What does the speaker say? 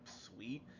sweet